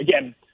again